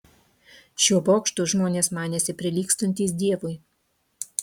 šiuo bokštu žmonės manėsi prilygstantys dievui